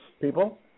people